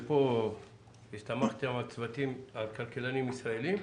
כאן הסתמכתם על כלכלנים ישראלים.